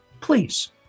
Please